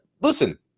listen